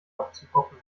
aufzubocken